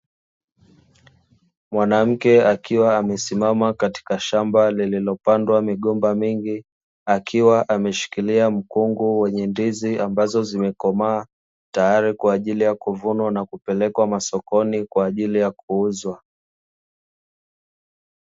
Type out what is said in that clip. Mwanamke akiwa amesimama katika shamba lililopandwa migomba mingi, akiwa ameshikilia mkungu wenye ndizi ambazo zimekomaa tayari kwa ajili ya kuvunwa na kupelekwa masokoni kwa ajili ya kuuzwa.